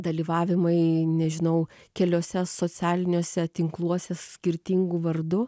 dalyvavimai nežinau keliuose socialiniuose tinkluose skirtingu vardu